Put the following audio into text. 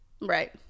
right